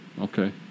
Okay